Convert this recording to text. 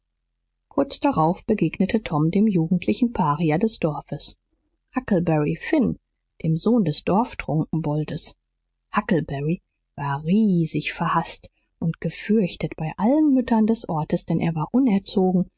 kurz darauf begegnete tom dem jugendlichen paria des dorfes huckleberry finn dem sohn des dorf trunkenboldes huckleberry war riesig verhaßt und gefürchtet bei allen müttern des ortes denn er war unerzogen